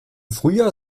frühjahr